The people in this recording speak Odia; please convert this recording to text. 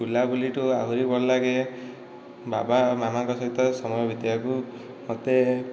ବୁଲାବୁଲିଠୁ ଆହୁରି ଭଲ ଲାଗେ ବାବା ମାମାଙ୍କ ସହିତ ସମୟ ବିତେଇବାକୁ ମୋତେ